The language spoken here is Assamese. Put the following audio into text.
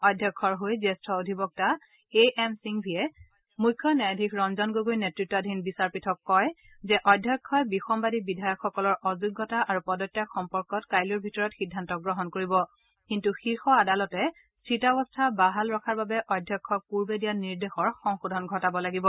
অধ্যক্ষৰ হৈ জ্যেষ্ঠ অধিবক্তা এ এম সিংভিয়ে মুখ্য ন্যায়াধীশ ৰঞ্জন গগৈ নেতৃতাধীন বিচাৰপীঠক কয় যে অধ্যক্ষই বিসম্বদী বিধায়কসকলৰ অযোগ্যতা আৰু পদত্যাগ সম্পৰ্কত কাইলৈৰ ভিতৰত সিদ্ধান্ত গ্ৰহণ কৰিব কিন্তু শীৰ্ষ আদালতে স্থিতাৱস্থা বাহাল ৰখাৰ বাবে অধ্যক্ষক পূৰ্বে দিয়া নিৰ্দেশৰ সংশোধন ঘটাব লাগিব